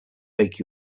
make